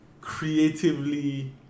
creatively